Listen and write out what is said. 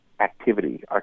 activity